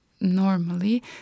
normally